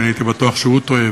ואני הייתי בטוח שהוא טועה.